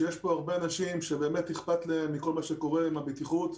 יש פה הרבה אנשים שבאמת אכפת להם מכל מה שקורה עם הבטיחות,